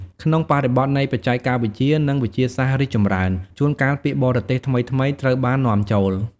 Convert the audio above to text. ក្នុងបរិបទនៃបច្ចេកវិទ្យា និងវិទ្យាសាស្ត្ររីកចម្រើន ជួនកាលពាក្យបរទេសថ្មីៗត្រូវបាននាំចូល។